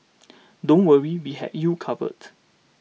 don't worry we have you covered